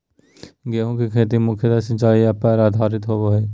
गेहूँ के खेती मुख्यत सिंचाई पर आधारित होबा हइ